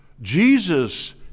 Jesus